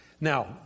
Now